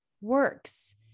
works